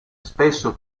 spesso